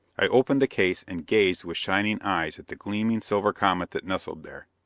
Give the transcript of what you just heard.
i opened the case, and gazed with shining eyes at the gleaming, silver comet that nestled there.